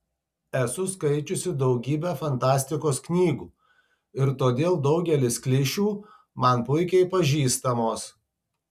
esu skaičiusi daugybę fantastikos knygų ir todėl daugelis klišių man puikiai pažįstamos